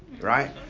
Right